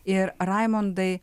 ir raimondai